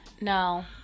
No